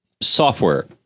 software